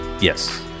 Yes